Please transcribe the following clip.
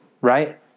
right